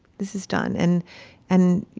this is done and and